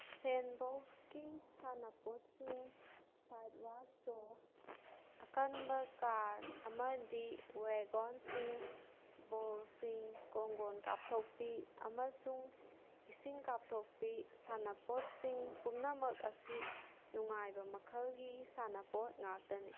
ꯁꯦꯟꯕꯣꯛꯁꯀꯤ ꯁꯥꯟꯅꯄꯣꯠꯁꯤꯡ ꯁꯥꯏꯠ ꯋꯥꯁ ꯇꯣꯞ ꯑꯀꯟꯕ ꯀꯥꯔ ꯑꯃꯗꯤ ꯋꯦꯒꯣꯟꯁꯤꯡ ꯕꯣꯜꯁꯤꯡ ꯀꯣꯡꯒꯣꯟ ꯀꯥꯞꯊꯣꯛꯄꯤ ꯑꯃꯁꯨꯡ ꯏꯁꯤꯡ ꯀꯥꯞꯊꯣꯛꯄꯤ ꯁꯥꯟꯅꯄꯣꯠꯁꯤꯡ ꯄꯨꯝꯅꯃꯛ ꯑꯁꯤ ꯅꯨꯡꯉꯥꯏꯕ ꯃꯈꯜꯒꯤ ꯁꯥꯟꯅꯄꯣꯠ ꯉꯥꯛꯇꯅꯤ